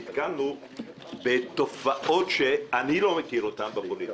נתקלנו בתופעות שאני לא מכיר אותן בפוליטיקה,